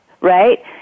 right